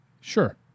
Sure